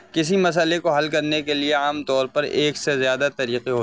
کسی مسئلے کو حل کرنے کے لیے عام طور پر ایک سے زیادہ طریقے ہو